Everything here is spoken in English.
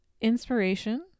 inspiration